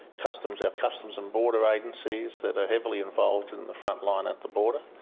customs, our customs and border agencies that are heavily involved in the frontline at the border,